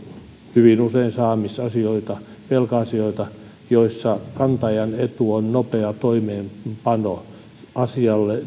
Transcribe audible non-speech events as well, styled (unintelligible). hyvin usein saamisasioita velka asioita joissa kantajan etu on nopea toimeenpano asialle (unintelligible)